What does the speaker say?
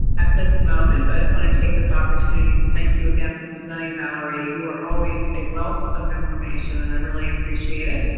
at this moment. but i want to take this opportunity to thank you again for presenting, valerie. you are always a wealth of information. and i really appreciate it.